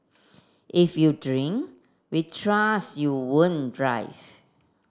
if you drink we trust you won't drive